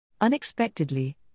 Unexpectedly